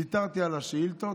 ויתרתי על השאילתות,